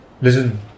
Listen